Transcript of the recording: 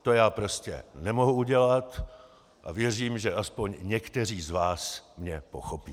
To je prostě nemohu udělat a věřím, že aspoň někteří z vás mě pochopí.